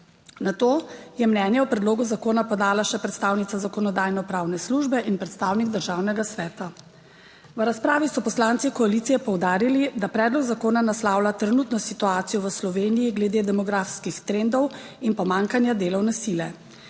Na to je mnenje o predlogu zakona podala še predstavnica Zakonodajno-pravne službe in predstavnik Državnega sveta. V razpravi so poslanci koalicije poudarili, da predlog zakona naslavlja trenutno situacijo v Sloveniji glede demografskih trendov in pomanjkanja delovne sile.